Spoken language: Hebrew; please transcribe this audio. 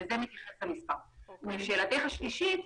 לשאלתך השלישית,